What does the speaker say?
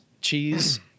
cheese